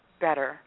better